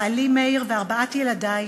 לבעלי מאיר ולארבעת ילדי,